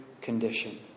condition